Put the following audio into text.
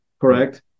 correct